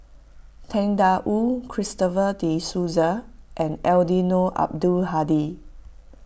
Tang Da Wu Christopher De Souza and Eddino Abdul Hadi